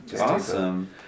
awesome